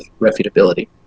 refutability